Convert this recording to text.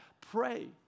Pray